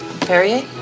Perrier